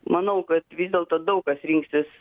manau kad vis dėlto daug kas rinksis